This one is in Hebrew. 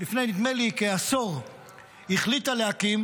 לפני נדמה לי כעשור החליטה להקים,